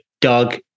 Doug